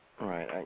right